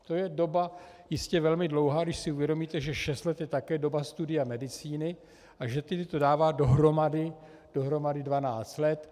To je doba jistě velmi dlouhá, když si uvědomíte, že šest let je také doba studia medicíny, a že tedy to dává dohromady dvanáct let.